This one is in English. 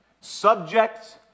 subjects